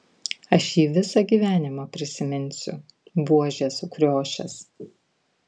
aš jį visą gyvenimą prisiminsiu buožė sukriošęs